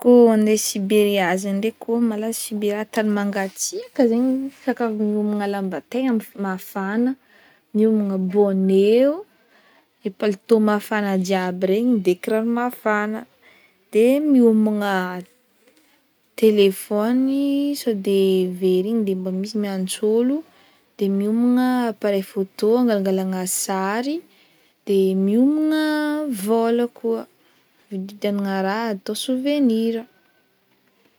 Koa ande Siberia zegny ndraiky koa malaza Siberia tany mangatsiaka zegny, za ka miomana lamba tegna mafana, miomana bonnet o, ry palitao mafana jiaby regny, de kiraro mafana de miomana telefony, de sao de very igny de mbô misy miantso ôlo, de miomana appareil photo agnalangalagna sary, de miômagna vôla koa hividiagnana raha atao souvenir.